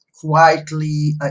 quietly